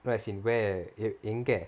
no as in where எங்க:enga